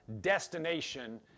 destination